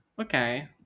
Okay